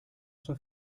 sua